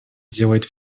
делает